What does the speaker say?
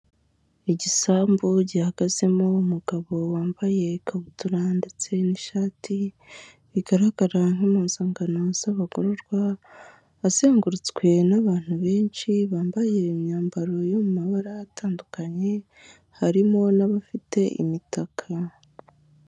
Igisambu gihagazemo umugabo wambaye ikabutura ndetse n'ishati bigaragara nkimpuzangano z'abagororwa azengurutswe n'abantu benshi bambaye imyambaro mu mabara atandukanye harimo n'abafite imitaka.